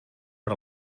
per